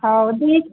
ଆଉ ଦି